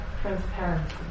transparency